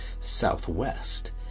Southwest